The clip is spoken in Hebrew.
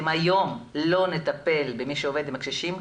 אם היום לא נטפל במי שעובד עם הקשישים,